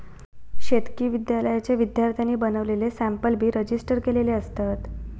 शेतकी विद्यालयाच्या विद्यार्थ्यांनी बनवलेले सॅम्पल बी रजिस्टर केलेले असतत